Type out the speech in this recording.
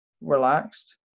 relaxed